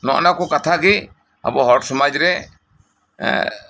ᱱᱚᱜ ᱚᱭ ᱱᱚᱶᱟ ᱠᱚ ᱠᱟᱛᱷᱟᱜᱮ ᱟᱵᱚ ᱦᱚᱲ ᱥᱚᱢᱟᱡᱽ ᱨᱮ